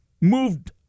moved